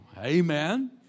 Amen